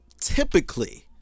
Typically